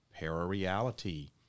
parareality